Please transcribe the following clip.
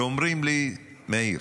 שאומרים לי: מאיר,